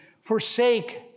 forsake